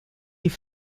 die